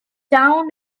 town